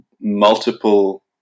multiple